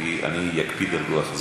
כי אני אקפיד על לוח הזמנים.